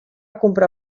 comprar